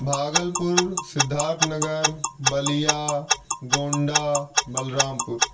Bhagalpur Siddharth Nagar Ballia Gonda Balrampur